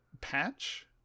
Patch